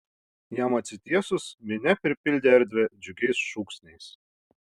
jam atsitiesus minia pripildė erdvę džiugiais šūksniais